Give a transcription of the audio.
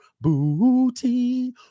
booty